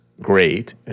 great